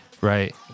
right